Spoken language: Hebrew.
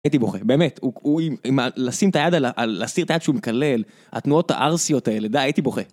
הייתי בוכה, באמת, לשים את היד, להסיר את היד שהוא מקלל התנועות הארסיות האלה, הייתי בוכה.